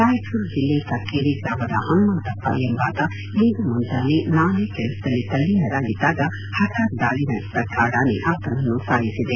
ರಾಯಚೂರು ಜಿಲ್ಲೆ ಕಕ್ಕೇರಿ ಗ್ರಾಮದ ಪನುಮಂತಪ್ಪ ಎಂಬಾತ ಇಂದು ಮುಂಜಾನೆ ನಾಲೆ ಕೆಲಸದಲ್ಲಿ ತಲ್ಲೀನರಾಗಿದ್ದಾಗ ಪಠಾತ್ ದಾಳಿ ನಡೆಸಿದ ಕಾಡಾನೆ ಆತನನ್ನು ಸಾಯಿಸಿದೆ